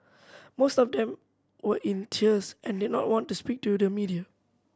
most of them were in tears and did not want to speak to the media